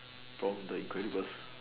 from the incredibles